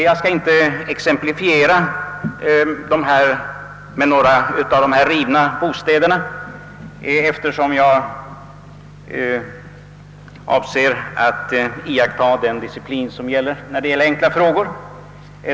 Jag skall inte anföra några av de rivna husen som exempel, eftersom jag avser att ålägga mig den disciplin som bör iakttagas vid diskussion kring enkla frågor.